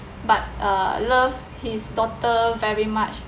but uh loves his daughter very much